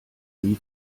wie